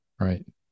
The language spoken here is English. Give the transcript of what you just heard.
Right